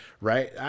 right